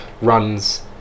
runs